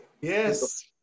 Yes